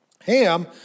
Ham